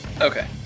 Okay